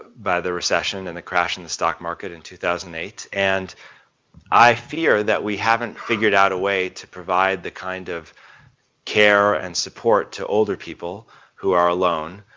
by the recession and the crash in the stock market in two thousand and eight and i fear that we haven't figured out a way to provide the kind of care and support to older people who are alone,